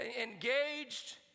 engaged